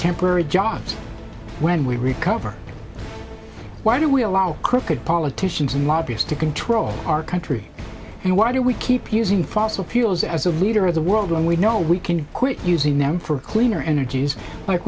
temporary jobs when we recover why do we allow crooked politicians and lobbyists to control our country and why do we keep using fossil fuels as a leader of the world when we know we can quit using them for cleaner energies like